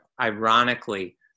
ironically